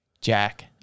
Jack